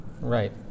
right